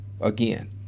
again